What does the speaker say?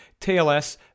TLS